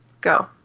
Go